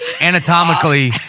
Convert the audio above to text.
anatomically